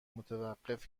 متوقف